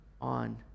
on